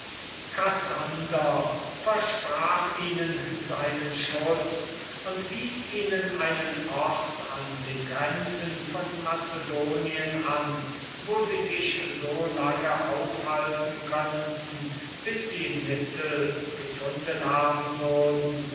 kassander versprach ihnen seinen schutz und wies ihnen einen ort an den grenzen von macedonien an wo sie sich so lange aufhalten könnten bis sie mittel gefunden haben würden